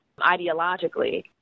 ideologically